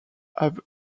have